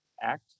act